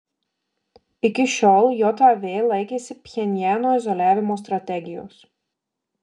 iki šiol jav laikėsi pchenjano izoliavimo strategijos